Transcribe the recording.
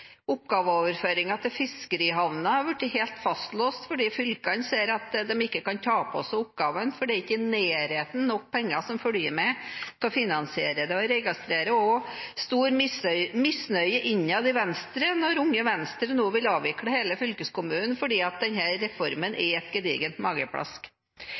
blitt helt fastlåst fordi fylkene ser at de ikke kan ta på seg oppgaven, for det er ikke i nærheten av nok penger som følger med til å finansiere det. Jeg registrerer også stor misnøye innad i Venstre, når Unge Venstre nå vil avvikle hele fylkeskommunen fordi denne reformen er et gedigent mageplask.